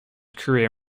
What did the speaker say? career